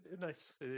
Nice